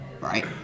right